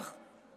בהתקף